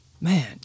man